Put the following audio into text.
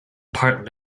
part